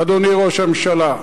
אדוני ראש הממשלה,